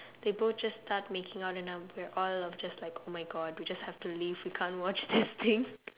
they both just start making out and I'm we're all are just like oh my god we just have to leave we can't watch this thing